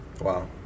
Wow